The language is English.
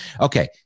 Okay